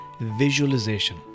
visualization